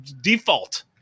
default